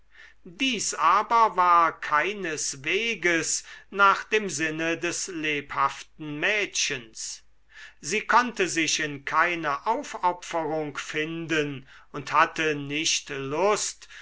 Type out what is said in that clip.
dies aber war keinesweges nach dem sinne des lebhaften mädchens sie konnte sich in keine aufopferung finden und hatte nicht lust